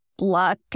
luck